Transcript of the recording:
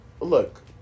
look